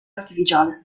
artificiale